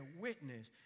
witness